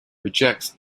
rejects